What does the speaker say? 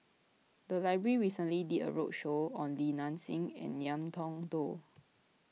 the library recently did a roadshow on Li Nanxing and Ngiam Tong Dow